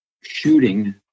shooting